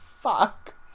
fuck